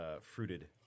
fruited